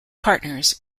partners